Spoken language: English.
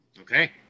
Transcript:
Okay